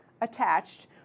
attached